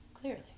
Clearly